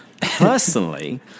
Personally